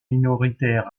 minoritaire